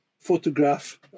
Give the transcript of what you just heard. Photograph